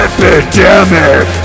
Epidemic